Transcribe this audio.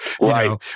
Right